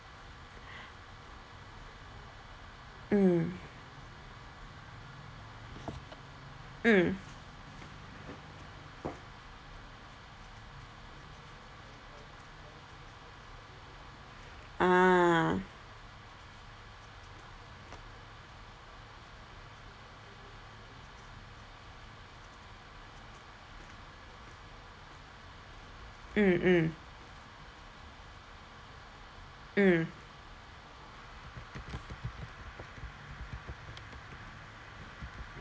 mm mm ah mm mm mm